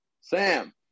Sam